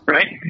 Right